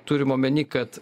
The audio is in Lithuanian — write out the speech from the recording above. turim omeny kad